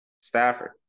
Stafford